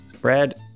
Brad